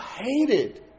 hated